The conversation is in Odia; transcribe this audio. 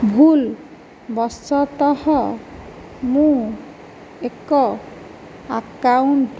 ଭୁଲ ବଶତଃ ମୁଁ ଏକ ଆକାଉଣ୍ଟ